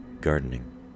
gardening